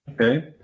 Okay